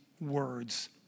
words